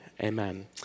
amen